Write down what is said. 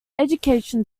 education